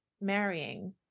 marrying